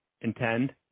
intend